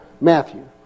Matthew